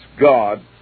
God